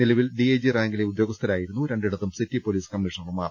നില വിൽ ഡിഐജി റാങ്കിലെ ഉദ്യോഗസ്ഥരായിരുന്നു രണ്ടിടത്തും സിറ്റി പൊലീസ് കമ്മീഷണർമാർ